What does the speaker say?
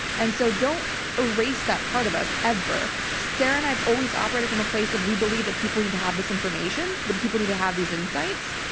and so don't erase that part of us ever. sarah and i've always operated from a place of, we believe that people need to have this information. the people need to have these insights.